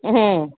હમ